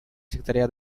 секретаря